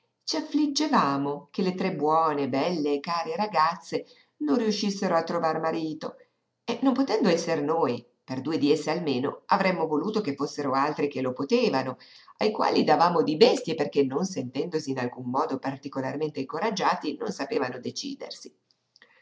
ci affliggevamo che le tre buone belle e care ragazze non riuscissero a trovar marito e non potendo esser noi per due di esse almeno avremmo voluto che fossero altri che lo potevano ai quali davamo di bestie perché non sentendosi in alcun modo particolarmente incoraggiati non sapevano decidersi